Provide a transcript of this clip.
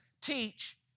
teach